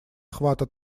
охвата